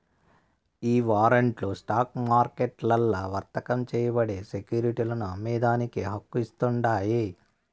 ఈ వారంట్లు స్టాక్ మార్కెట్లల్ల వర్తకం చేయబడే సెక్యురిటీలను అమ్మేదానికి హక్కు ఇస్తాండాయి